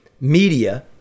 media